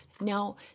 Now